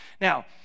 Now